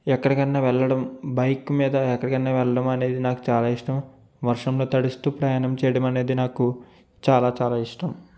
ఎక్కడికైనా వెళ్లడం బైక్ మీద ఎక్కడికైనా వెళ్లడం అనేది నాకు చాలా ఇష్టం వర్షంలో తడుస్తూ ప్రయాణం చేయడం అనేది నాకు చాలా చాలా ఇష్టం